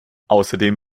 außerdem